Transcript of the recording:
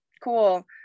cool